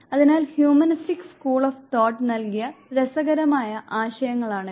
അതിനാൽ humanistic school of thought നൽകിയ രസകരമായ ആശയങ്ങളാണ് ഇവ